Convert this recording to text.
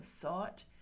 thought